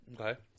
Okay